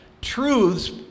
truths